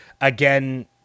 again